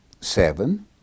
Seven